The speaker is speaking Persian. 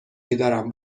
میدارم